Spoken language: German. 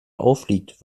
auffliegt